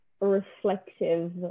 reflective